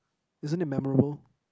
isn't it memorable